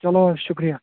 چلو شُکریہ